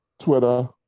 Twitter